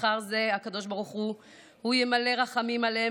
בשכר זה הקדוש ברוך הוא ימלא רחמים עליהם